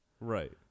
Right